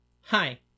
hi